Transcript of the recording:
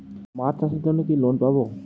মাছ চাষের জন্য কি লোন পাব?